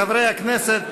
חברי הכנסת,